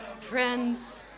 friends